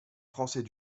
français